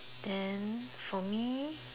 then for me